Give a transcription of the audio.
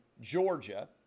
Georgia